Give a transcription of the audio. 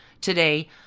today